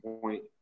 point